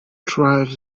thrives